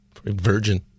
virgin